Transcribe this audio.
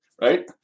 right